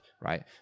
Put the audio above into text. right